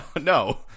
no